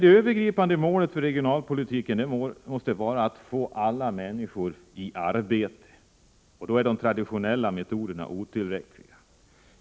Det övergripande målet för regionalpolitiken måste vara att få alla människor i arbete, och då är de traditionella metoderna otillräckliga.